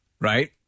right